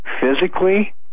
physically